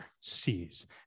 sees